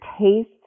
taste